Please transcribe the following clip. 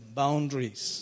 boundaries